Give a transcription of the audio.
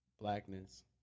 blackness